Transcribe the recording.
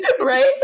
right